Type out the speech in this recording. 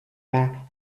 pas